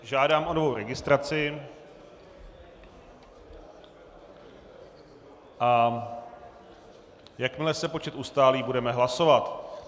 Žádám o novou registraci a jakmile se počet ustálí, budeme hlasovat.